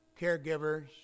caregivers